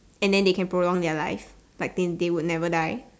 and then they can prolong their life like they they would never die